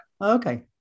okay